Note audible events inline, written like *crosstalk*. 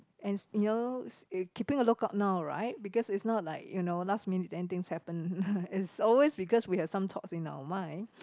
and you know s~ uh keeping a lookout now right because it's not like you know last minute then things happen *laughs* it's always because we have some thoughts in our mind